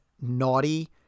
naughty